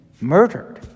murdered